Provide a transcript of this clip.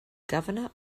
governor